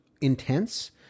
intense